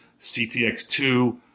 CTX2